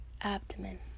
abdomen